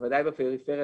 ובוודאי בפריפריה,